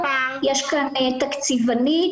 יש כאן תקציבנית,